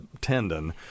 tendon